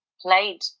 played